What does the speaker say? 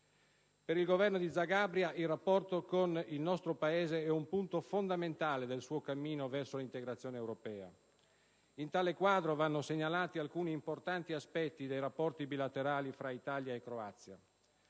Per il Governo di Zagabria il rapporto con il nostro Paese è un punto fondamentale del suo cammino verso l'integrazione europea. In tale quadro, vanno segnalati alcuni importanti aspetti dei rapporti bilaterali fra l'Italia e la Croazia.